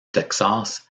texas